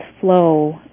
flow